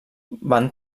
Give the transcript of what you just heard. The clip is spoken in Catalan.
van